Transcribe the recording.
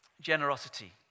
Generosity